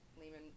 Lehman